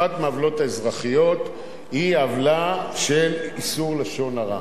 אחת מהעוולות האזרחיות היא עוולה של איסור לשון הרע.